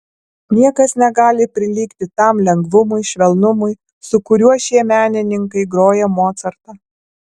niekas negali prilygti tam lengvumui švelnumui su kuriuo šie menininkai groja mocartą